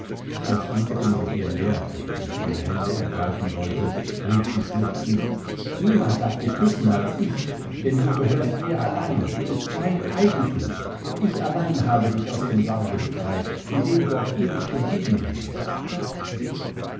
als dietegen sich ihr näherte und ihre hände ergreifen wollte rief sie schluchzend niemand darf dich küssen als ich denn du gehörst mir allein du bist mein eigentum ich allein habe dich aus dem sarge befreit in dem du auf ewig geblieben wärest